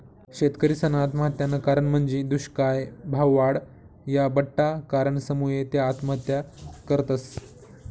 शेतकरीसना आत्महत्यानं कारण म्हंजी दुष्काय, भाववाढ, या बठ्ठा कारणसमुये त्या आत्महत्या करतस